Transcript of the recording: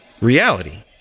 reality